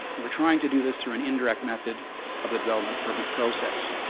and we're trying to do this through an indirect method of the development permit process,